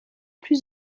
plus